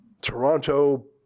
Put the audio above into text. Toronto